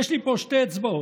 יש לי פה שתי אצבעות,